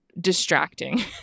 distracting